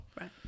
Right